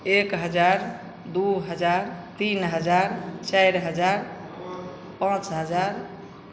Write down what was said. एक हजार दू तीन हजार चारि हजार पाँच हजार